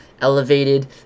elevated